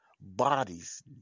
bodies